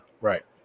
Right